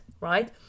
right